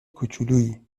کوچولویی